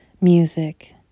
music